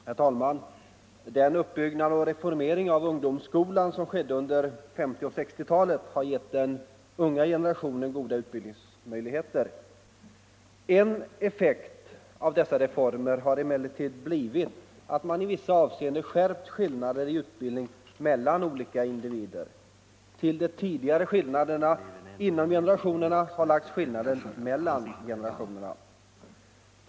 Herr talman! Den utbyggnad och reformering av ungdomsskolan som skedde under 1950 och 1960-talen har gett den unga generationen goda utbildningsmöjligheter. En effekt av dessa reformer har emellertid blivit att man i vissa avseenden skärpt skillnader i utbildning mellan olika individer. Till de tidigare skillnaderna inom generationerna har lagts skillnader mellan generationerna.